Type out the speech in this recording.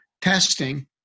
testing